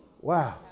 Wow